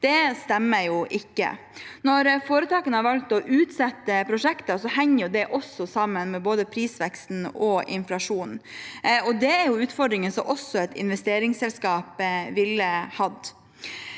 Det stemmer ikke. Når foretakene har valgt å utsette prosjekter, henger det også sammen med både prisveksten og inflasjonen. Det er utfordringer et investeringsselskap også ville hatt.